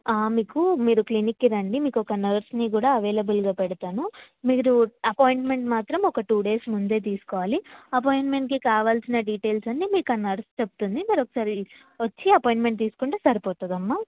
మీకు మీరు క్లినిక్కి రండి మీకు ఒక నర్స్ని కూడా అవైలబుల్గా పెడతాను మీరు అపాయింట్మెంట్ మాత్రం ఒక టూ డేస్ ముందే తీసుకోవాలి అపాయింట్మెంట్కి కావాల్సిన డీటెయిల్స్ అన్నీ మీకు ఆ నర్స్ చెప్తుంది మీరొకసారి వచ్చి అపాయింట్మెంట్ తీసుకుంటే సరిపోతుందమ్మా